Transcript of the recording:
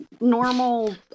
normal